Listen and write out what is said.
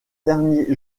derniers